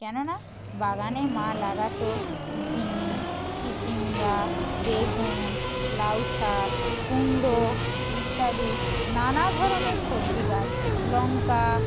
কেননা বাগানে মা লাগাতো ঝিঙে চিচিঙ্গা বেগুন লাউ শাক কুমড়ো ইত্যাদি নানা ধরনের সবজি গাছ লঙ্কা